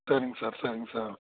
சரிங்க சார் சரிங்க சார்